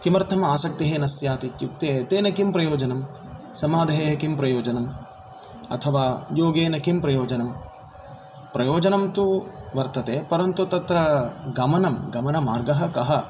किमर्थम् आसक्तिः न स्यात् इत्युक्ते तेन किं प्रयोजनं समाधेः किं प्रयोजनम् अथवा योगेन किं प्रयोजनं प्रयोजनं तु वर्तते परन्तु तत्र गमनं गमनमार्गः कः